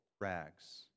rags